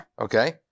Okay